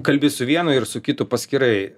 kalbi su vienu ir su kitu paskirai